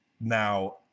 Now